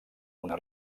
una